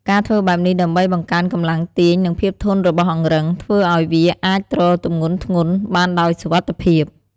ការធ្វើបែបនេះដើម្បីបង្កើនកម្លាំងទាញនិងភាពធន់របស់អង្រឹង ធ្វើឲ្យវាអាចទ្រទម្ងន់ធ្ងន់ បានដោយសុវត្ថិភាព។